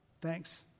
Thanks